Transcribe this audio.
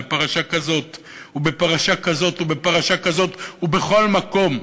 בפרשה כזאת ובפרשה כזאת ובפרשה כזאת ובכל מקום,